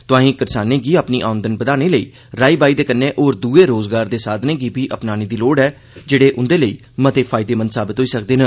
तोआई करसाने गी अपनी औंदन बधाने लेई राई बाई दे कन्नै होर दुए रोजगार दे साधने गी बी अपनाने दी लोड़ ऐ जेहड़े उंदे लेई मते फायदेमंद साबत होई सकदे न